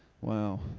Wow